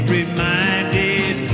reminded